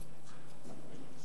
חברי הכנסת,